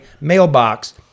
mailbox